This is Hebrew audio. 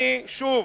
שוב,